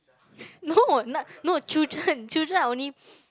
no not no children children are only